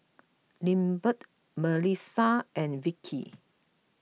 Lindbergh Milissa and Vickie